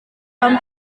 tom